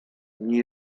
nie